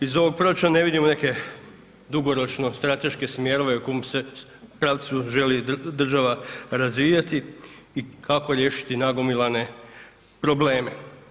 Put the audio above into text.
Iz ovog proračuna ne vidimo neke dugoročno strateške smjerove u kom se pravcu želi država razvijati i kako riješiti nagomilane probleme.